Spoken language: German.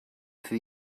für